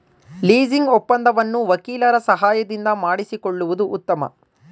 leasing ಒಪ್ಪಂದವನ್ನು ವಕೀಲರ ಸಹಾಯದಿಂದ ಮಾಡಿಸಿಕೊಳ್ಳುವುದು ಉತ್ತಮ